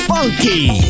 Funky